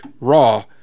raw